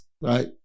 right